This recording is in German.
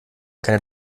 keine